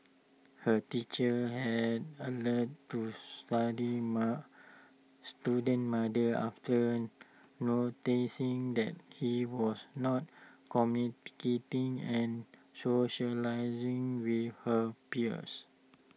her teachers had alerted to study student's mother after noticing that he was not communicating and socialising with her peers